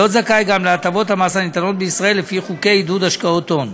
להיות זכאי גם להטבות המס הניתנות בישראל לפי חוקי עידוד השקעות הון.